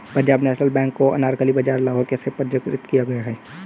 Punjab National Bank को अनारकली बाजार लाहौर में पंजीकृत किया गया था